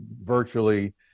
virtually—